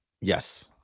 Yes